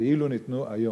כאילו ניתנו היום.